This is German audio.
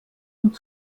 und